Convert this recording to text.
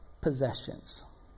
possessions